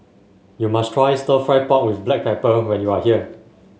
you must try stir fry pork with Black Pepper when you are here